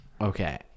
Okay